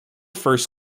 first